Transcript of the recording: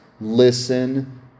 listen